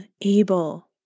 able